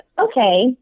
okay